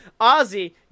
Ozzy